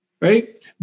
right